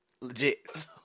Legit